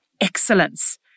excellence